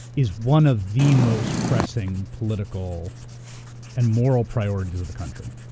is one of the most pressing political and moral priorities of the country.